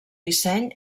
disseny